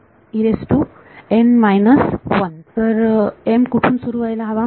तर m कुठून सुरू व्हायला हवा